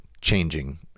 changing